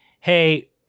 Hey